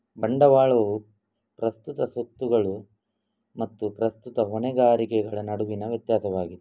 ಬಂಡವಾಳವು ಪ್ರಸ್ತುತ ಸ್ವತ್ತುಗಳು ಮತ್ತು ಪ್ರಸ್ತುತ ಹೊಣೆಗಾರಿಕೆಗಳ ನಡುವಿನ ವ್ಯತ್ಯಾಸವಾಗಿದೆ